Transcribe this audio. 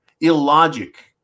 illogic